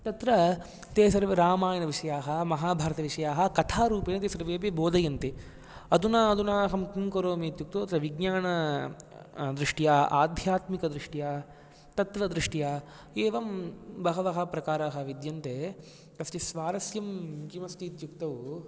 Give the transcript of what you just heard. तत्र ते सर्वे रामायणविषयाः महाभारतविषयाः कथारूपेण सर्वेऽपि बोधयन्ति अधुना अधुना अहं किं करोमि इत्युक्तौ विज्ञान दृष्ट्या आध्यात्मिकदृष्ट्या तत्वदृष्ट्या एवं बहवः प्रकारा विद्यन्ते तस्य स्वारस्यं किमस्ति इत्युक्तौ